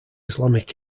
islamic